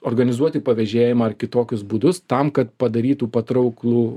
organizuoti pavėžėjimą ar kitokius būdus tam kad padarytų patrauklų